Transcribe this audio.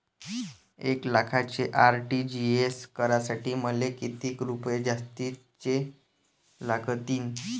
एक लाखाचे आर.टी.जी.एस करासाठी मले कितीक रुपये जास्तीचे लागतीनं?